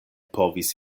povis